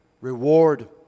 reward